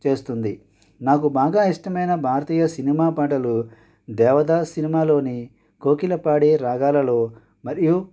చేస్తుంది నాకు బాగా ఇష్టమైన భారతీయ సినిమా పాటలు దేవదాస్ సినిమాలోని కోకిల పాడే రాగాలలో మరియు